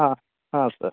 ಹಾಂ ಹಾಂ ಸರ್